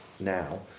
now